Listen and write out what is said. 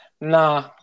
Nah